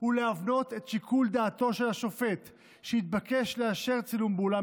ולהבנות את שיקול דעתו של שופט שיתבקש לאשר צילום באולם